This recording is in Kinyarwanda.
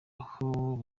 aho